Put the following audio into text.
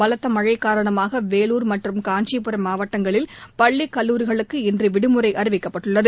பலத்த மழை காரணமாக வேலூர் மற்றும் காஞ்சிபுரம் மாவட்டங்களில் பள்ளி கல்லூரிகளுக்கு இன்று விடுமுறை அறிவித்துக்கப்பட்டுள்ளது